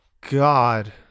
God